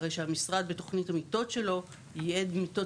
הרי שהמשרד בתוכנית המיטות שלו- יהיה מיטות